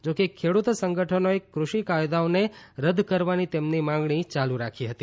જોકે ખેડૂત સંગઠનોએ કૃષિ કાયદાઓને રદ કરવાની તેમની માંગણી યાલુ રાખી હતી